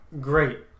great